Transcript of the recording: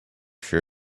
sure